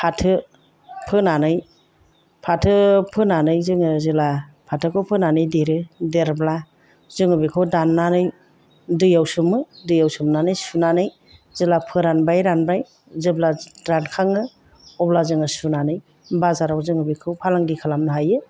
फाथो फोनानै फाथो फोनानै जोङो जेला फाथोखौ फोनानै देरो देरब्ला जोङो बेखौ दाननानै दैयाव सोमो दैयाव सोमनानै सुनानै जेब्ला फोरानबाय रानबाय जेब्ला रानखाङो अब्ला जोङो सुनानै बाजाराव जोङो बेखौ फालांगि खालामनो हायो